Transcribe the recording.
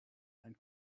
and